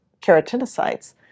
keratinocytes